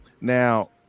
now